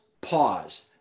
pause